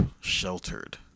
sheltered